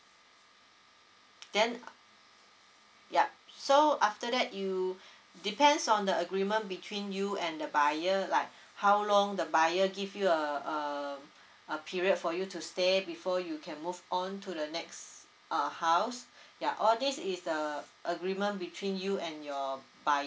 then yup so after that you depends on the agreement between you and the buyer like how long the buyer give you uh uh uh period for you to stay before you can move on to the next uh house ya all this is the agreement between you and your buyer